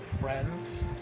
friends